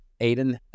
Aiden